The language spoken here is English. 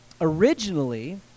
originally